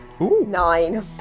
nine